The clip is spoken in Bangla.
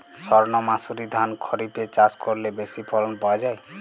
সর্ণমাসুরি ধান খরিপে চাষ করলে বেশি ফলন পাওয়া যায়?